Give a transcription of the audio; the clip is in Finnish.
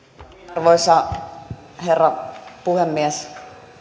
arvoisa herra puhemies